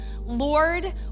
Lord